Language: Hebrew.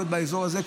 להיות באזור הזה,